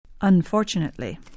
Unfortunately